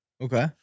Okay